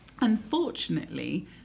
Unfortunately